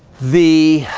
the